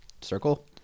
circle